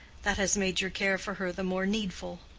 that has made your care for her the more needful.